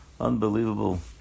unbelievable